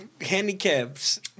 Handicaps